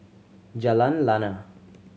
Jalan Lana